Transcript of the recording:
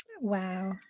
wow